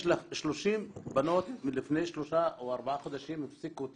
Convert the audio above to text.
יש 30 בנות שלמדו לפני שלושה או ארבעה חודשים והפסיקו אותם,